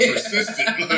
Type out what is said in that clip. persistent